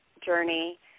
journey